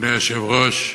אדוני היושב-ראש,